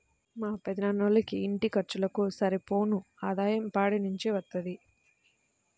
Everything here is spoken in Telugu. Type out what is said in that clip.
మా పెదనాన్నోళ్ళకి ఇంటి ఖర్చులకు సరిపోను ఆదాయం పాడి నుంచే వత్తది